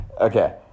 Okay